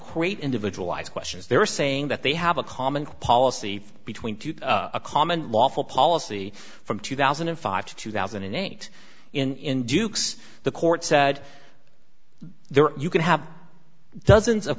create individualized questions they're saying that they have a common policy between a common lawful policy from two thousand and five to two thousand and eight in duke's the court said there you can have dozens of